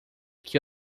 que